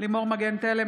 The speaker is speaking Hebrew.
לימור מגן תלם,